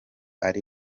ari